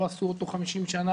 לא עשו אותו 50 שנים.